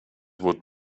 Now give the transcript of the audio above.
would